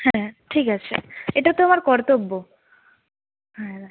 হ্যাঁ ঠিক আছে এটা তো আমার কর্তব্য হ্যাঁ